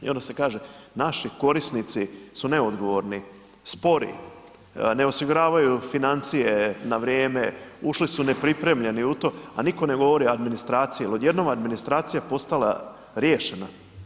I onda se kaže naši korisnici su neodgovorni, spori, ne osiguravaju financije na vrijeme, ušli su nepripremljeni u to, a niko ne govori o administraciji, jel odjednom administracija postala riješena.